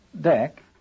deck